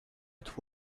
with